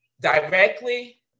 directly